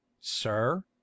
Sir